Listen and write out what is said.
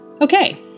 Okay